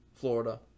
Florida